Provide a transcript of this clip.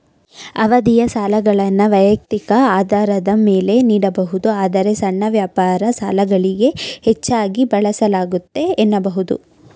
ಅವಧಿಯ ಸಾಲಗಳನ್ನ ವೈಯಕ್ತಿಕ ಆಧಾರದ ಮೇಲೆ ನೀಡಬಹುದು ಆದ್ರೆ ಸಣ್ಣ ವ್ಯಾಪಾರ ಸಾಲಗಳಿಗೆ ಹೆಚ್ಚಾಗಿ ಬಳಸಲಾಗುತ್ತೆ ಎನ್ನಬಹುದು